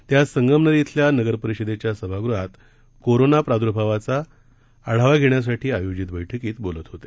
ते आज संगमनेर अल्या नगर परिषदेच्या सभागृहात कोरोना प्रादूर्भावाचा आढावा धेण्यासाठी आयोजीत बैठकीत बोलत होते